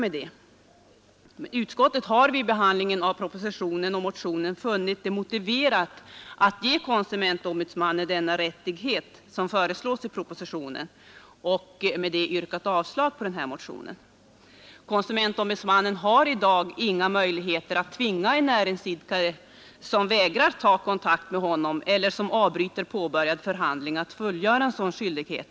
Utskottet har emellertid vid behandlingen av propositionen och herr Nordgrens motion funnit det vara motiverat att ge konsumentombudsmannen den rättighet som föreslås i propositionen, och därför har utskottet yrkat avslag på herr Nordgrens motion. Konsumentombudsmannen har i dag inga möjligheter att tvinga en näringsidkare som vägrat ta kontakt med honom eller som avbryter påbörjad förhandling att fullgöra denna skyldighet.